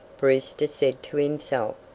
brewster said to himself.